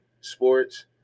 sports